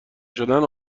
شدن